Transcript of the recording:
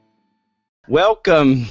Welcome